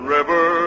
River